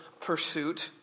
pursuit